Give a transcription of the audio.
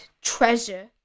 treasure